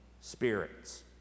spirits